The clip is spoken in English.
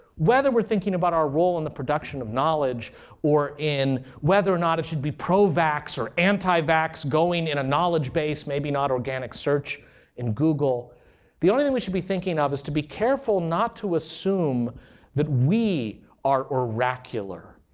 whether we're thinking about our role in the production of knowledge or in whether or not it should be pro-vax or anti-vax going in a knowledge base, maybe not organic search in google the only thing we should be thinking ah of is to be careful not to assume that we are oracular.